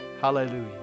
Hallelujah